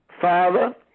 Father